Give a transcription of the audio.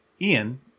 Ian